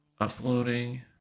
Uploading